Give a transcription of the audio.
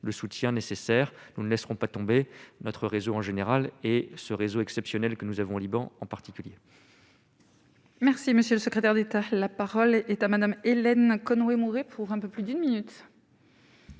le soutien nécessaire, nous ne laisserons pas tomber notre réseau en général et ce réseau exceptionnel que nous avons, au Liban, en particulier. Merci monsieur le secrétaire d'État, la parole est à Madame Hélène Conway Mouret pour un peu plus d'une minute.